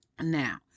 Now